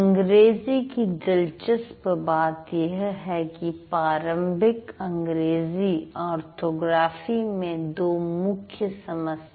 अंग्रेजी की दिलचस्प बात यह है कि पारंपरिक अंग्रेजी ऑर्थोग्राफी में दो मुख्य समस्याएं हैं